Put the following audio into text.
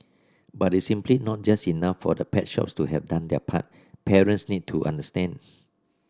but it's simply not just enough for the pet shops to have done their part parents need to understand